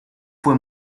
fue